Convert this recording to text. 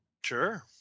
Sure